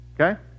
Okay